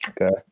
Okay